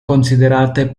considerate